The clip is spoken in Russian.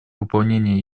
выполнения